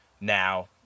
now